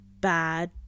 bad